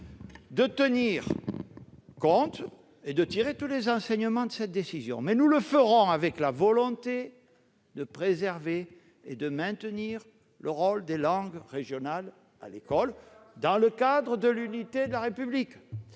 de cette décision et d'en tirer tous les enseignements. Nous le ferons avec la volonté de préserver et de maintenir le rôle des langues régionales à l'école, dans le cadre de l'unité de la République.